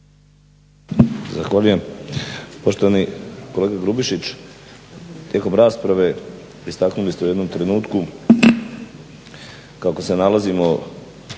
Zahvaljujem poštovani kolega Grubišić. Tijekom rasprave istaknuli ste u jednom trenutku kako se nalazimo